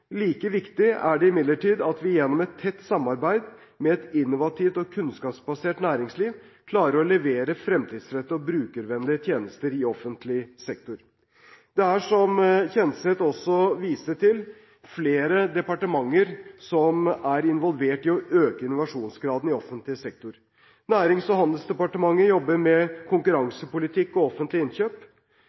like viktig er det imidlertid at vi gjennom et tett samarbeid med et innovativt og kunnskapsbasert næringsliv klarer å levere fremtidsrettede og brukervennlige tjenester i offentlig sektor. Det er, som Kjenseth også viste til, flere departementer som er involverte i å øke innovasjonsgraden i offentlig sektor. Nærings- og handelsdepartementet jobber med konkurransepolitikk og offentlige innkjøp,